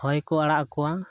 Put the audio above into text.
ᱦᱚᱭ ᱠᱚ ᱟᱲᱟᱜ ᱠᱚᱣᱟ